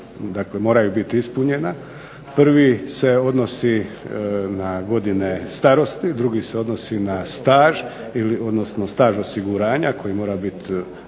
moraju biti ispunjena. Prvi se odnosi na godine starosti, drugi se odnosi na staž osiguranja koji iznosi